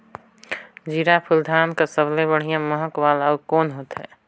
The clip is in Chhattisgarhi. जीराफुल धान कस सबले बढ़िया महक वाला अउ कोन होथै?